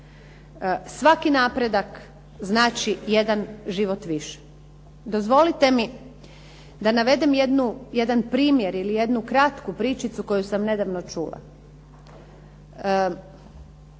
Svaki napredak znači jedan život više. Dozvolite mi da navedem jedan primjer ili jednu kratku pričicu koju sam nedavno čula.